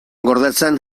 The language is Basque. gordetzen